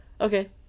okay